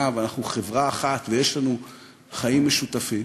ואנחנו חברה אחת ויש לנו חיים משותפים,